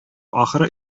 ахыры